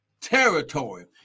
territory